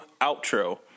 outro